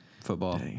football